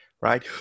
right